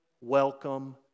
welcome